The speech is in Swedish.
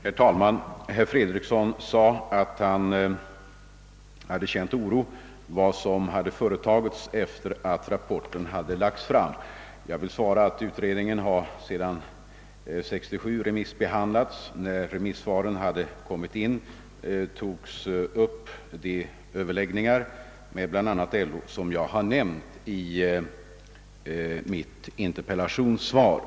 Herr talman! Herr Fredriksson sade att han hade känt oro beträffande vad som hade företagits efter det att rapporten hade lagts fram. Jag vill svara att utredningen sedan år 1967 har remissbehandlats, och när remissvaren hade kommit in togs de överläggningar med bl.a. LO upp, som jag nämnde i mitt interpellationssvar.